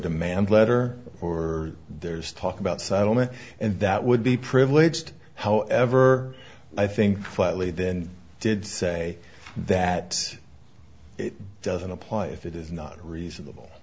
demand letter or there's talk about settlement and that would be privileged however i think flatly then did say that it doesn't apply if it is not reasonable